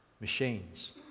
machines